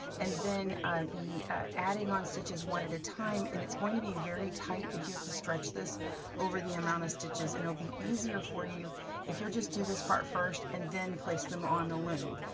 and then be adding on stitches one at a time. and it's going to be very tight if you have to stretch this over the amount of stitches, and it'll be easier for you if you'll just do this part first and then place them on the loom.